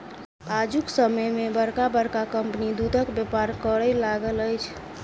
आजुक समय मे बड़का बड़का कम्पनी दूधक व्यापार करय लागल अछि